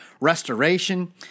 restoration